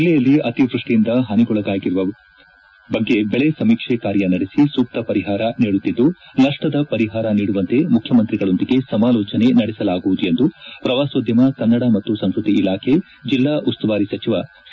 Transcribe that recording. ಜಿಲ್ಲೆಯಲ್ಲಿ ಅತಿವೃಷ್ಟಿಯಿಂದ ಹಾನಿಗೊಳಗಾಗಿರುವ ಬಗ್ಗೆ ಬೆಳೆ ಸಮೀಕ್ಷೆ ಕಾರ್ಯ ನಡೆಸಿ ಸೂಕ್ತ ಪರಿಹಾರ ನೀಡುತ್ತಿದ್ದು ನಷ್ಟದ ಪರಿಹಾರ ನೀಡುವಂತೆ ಮುಖ್ಯಮಂತ್ರಿಗಳೊಂದಿಗೆ ಸಮಾಲೋಚನೆ ನಡೆಸಲಾಗುವುದು ಎಂದು ಪ್ರವಾಸೋದ್ಯಮ ಕನ್ನಡ ಮತ್ತು ಸಂಸ್ಕೃತಿ ಇಲಾಖೆ ಜಿಲ್ಲಾ ಉಸ್ತುವಾರಿ ಸಚಿವ ಸಿ